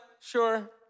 sure